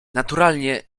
naturalnie